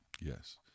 Yes